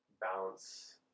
balance